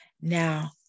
Now